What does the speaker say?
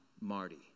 Marty